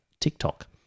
TikTok